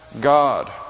God